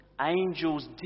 angels